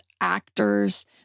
actors